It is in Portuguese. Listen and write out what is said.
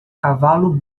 cavalo